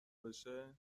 بشه